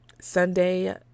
Sunday